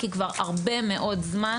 כי כבר הרבה מאוד זמן,